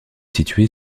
située